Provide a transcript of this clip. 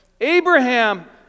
Abraham